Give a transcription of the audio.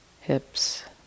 hips